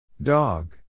Dog